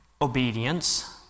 obedience